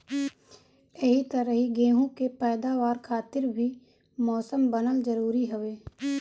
एही तरही गेंहू के पैदावार खातिर भी मौसम बनल जरुरी हवे